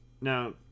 Now